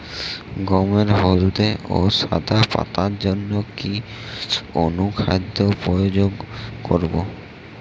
গমের হলদে ও সাদা পাতার জন্য কি অনুখাদ্য প্রয়োগ করব?